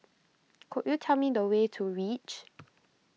could you tell me the way to Reach